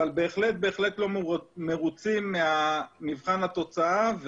אבל החלט בהחלט לא מרוצים ממבחן התוצאה,